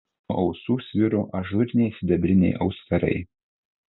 nuo ausų sviro ažūriniai sidabriniai auskarai